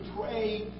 pray